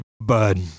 Bud